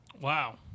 Wow